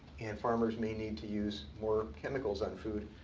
and farmers may need to use more chemicals on food,